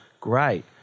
great